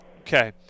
Okay